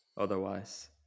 otherwise